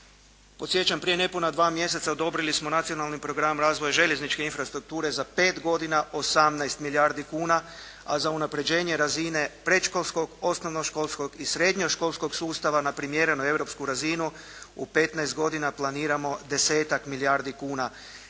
Podsjećam, prije nepuna dva mjeseca odobrili smo nacionalni program razvoja željezničke infrastrukture za pet godina 18 milijardi kuna, a za unapređenje razine predškolskog, osnovnoškolskog i srednjoškolskog sustava na primjerenu europsku razinu. U 15 godina planiramo desetak milijardi kuna.